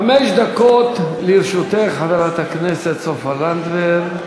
חמש דקות לרשותך, חברת הכנסת סופה לנדבר.